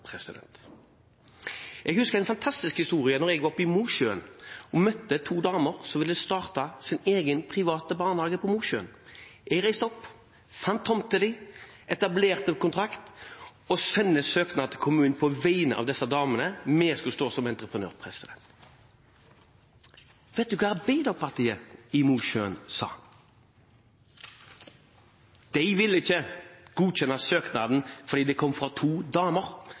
Jeg husker en fantastisk historie fra Mosjøen, der jeg møtte to damer som ville starte sin egen private barnehage. Jeg reiste opp, fant en tomt til dem, etablerte kontrakt og sendte søknad til kommunen på vegne av disse damene. Vi skulle stå som entreprenør. Vet dere hva Arbeiderpartiet i Mosjøen sa? De ville ikke godkjenne søknaden fordi den kom fra to